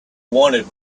wanted